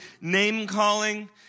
name-calling